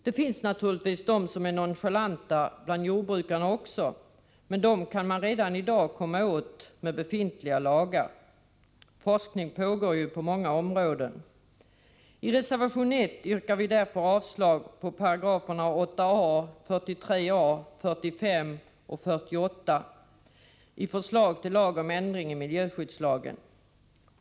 Det finns naturligtvis de som är nonchalanta även bland jordbrukarna, men dem kan man redan i dag komma åt med befintliga lagar. Forskning pågår på många områden. I reservation 1 yrkar vi avslag på 8 a, 43 a, 45 och 48 §§ i förslaget till lag om ändring i miljöskyddslagen.